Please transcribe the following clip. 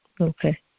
Okay